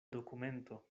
dokumento